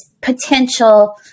potential